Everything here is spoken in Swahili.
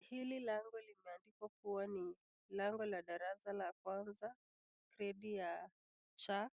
Hili lango limeandikwa kuwa ni lango la darasa la kwanza Gredi ya C.